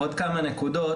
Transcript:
עוד כמה נקודות,